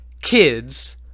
kids